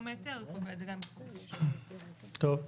טוב.